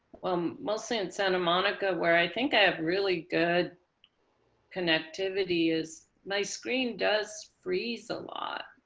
well, mostly in santa monica where i think i have really good connectivity is my screen does free so lot.